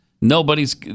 nobody's